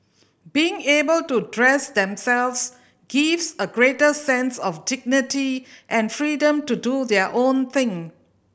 being able to dress themselves gives a greater sense of dignity and freedom to do their own thing